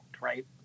right